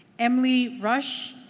emily rush?